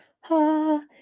ha